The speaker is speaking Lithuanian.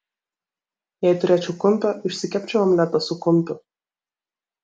jei turėčiau kumpio išsikepčiau omletą su kumpiu